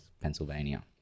Pennsylvania